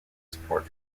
support